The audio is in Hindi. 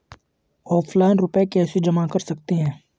ऑफलाइन रुपये कैसे जमा कर सकते हैं?